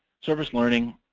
service learning.